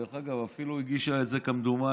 דרך אגב, אפילו הגישו את זה, כמדומני,